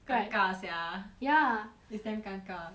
right 尴尬 sia ya it's damn 尴尬